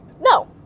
No